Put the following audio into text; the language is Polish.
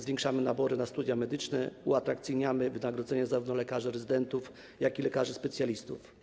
Zwiększamy nabory na studia medyczne, uatrakcyjniamy wynagrodzenie zarówno lekarzy rezydentów, jak i lekarzy specjalistów.